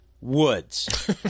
woods